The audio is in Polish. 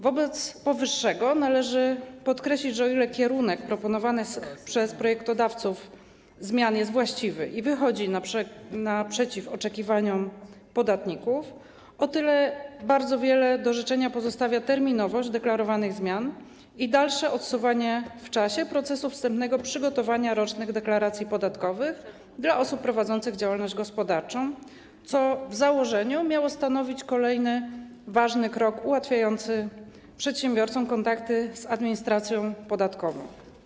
Wobec powyższego należy podkreślić, że o ile kierunek proponowanych przez projektodawców zmian jest właściwy i wychodzi naprzeciw oczekiwaniom podatników, o tyle bardzo wiele do życzenia pozostawia terminowość deklarowanych zmian i dalsze odsuwanie w czasie procesu wstępnego przygotowania rocznych deklaracji podatkowych dla osób prowadzących działalność gospodarczą, co w założeniu miało stanowić kolejny ważny krok ułatwiający przedsiębiorcom kontakty z administracją podatkową.